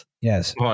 Yes